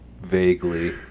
Vaguely